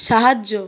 সাহায্য